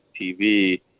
TV